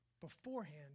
beforehand